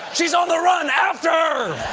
she's on the run! after